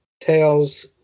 tales